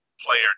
player